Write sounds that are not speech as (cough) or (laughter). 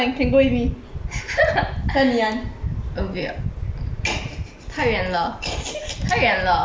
(laughs) 我不要太远了太远了我不要